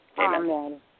Amen